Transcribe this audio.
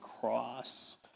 cross